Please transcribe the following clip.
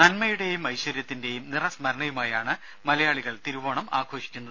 നന്മയുടേയും ഐശ്വര്യത്തിന്റേയും നിറ സ്മരണയുമായാണ് മലയാളികൾ തിരുവോണം ആഘോഷിക്കുന്നത്